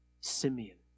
Simeon